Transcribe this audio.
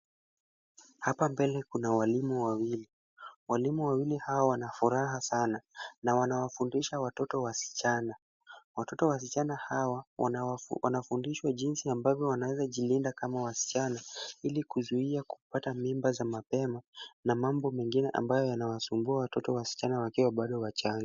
Hapa mbele kuna walimu wawili, walimu wawili hawa wana furaha sana na wanafundisha watoto wasichana, watoto wasichana hawa wanafundishwa jinsi ya ambavyo wanaweza jilinda kama wasichana ili kuzuia kupata mimba za mapema na mambo mengine ambayo yanawasumbua watoto wasichana wakiwa bado wachanga.